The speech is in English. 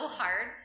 hard